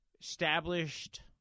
Established